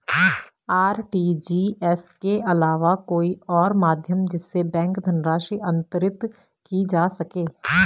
RTGS के अलावा कोई और माध्यम जिससे बैंक धनराशि अंतरित की जा सके?